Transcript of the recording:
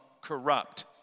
corrupt